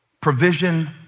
provision